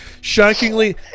Shockingly